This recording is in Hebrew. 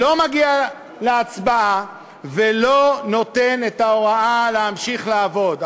לא מגיע להצבעה ולא נותן את ההוראה להמשיך לעבוד.